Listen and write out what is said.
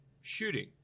shooting